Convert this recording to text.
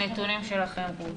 נתונים שלכם, גרוטו,